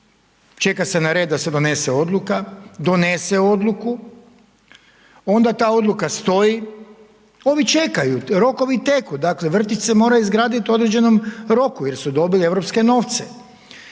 čeka se na red da se donese Odluka, donese Odluku, onda ta Odluka stoji, ovi čekaju, rokovi teku, dakle vrtić se mora izgradit u određenom roku jer su dobili europske novce.